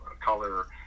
color